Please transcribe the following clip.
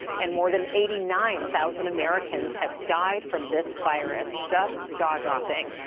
and more than eighty nine thousand americans have died from this virus. just jaw dropping.